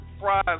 fries